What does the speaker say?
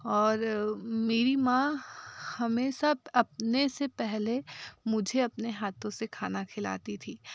और मेरी माँ हमेशा अपने से पहले मुझे अपने हाथों से खाना खिलाती थी